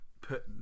put